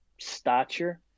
stature